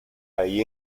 ahí